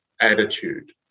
attitude